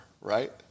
right